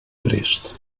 prest